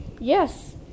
Yes